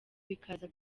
bikaza